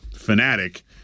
fanatic